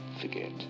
forget